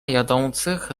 jadących